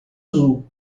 azul